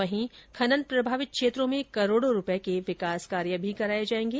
वहीं खनन प्रभावित क्षेत्रों में करोड़ों रुपए के विकास कार्य कराए जाएंगे